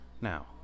now